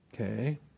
Okay